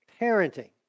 Parenting